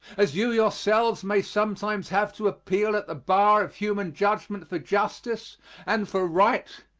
as you yourselves may sometimes have to appeal at the bar of human judgment for justice and for right,